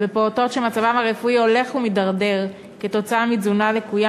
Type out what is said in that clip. ופעוטות שמצבם הרפואי הולך ומידרדר כתוצאה מתזונה לקויה